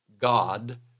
God